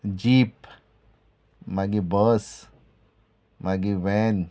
jeep मागीर bus मागीर van